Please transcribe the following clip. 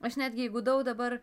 aš netgi įgudau dabar